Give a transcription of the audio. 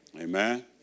Amen